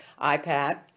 iPad